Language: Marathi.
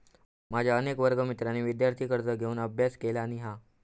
माझ्या अनेक वर्गमित्रांनी विदयार्थी कर्ज घेऊन अभ्यास केलानी हा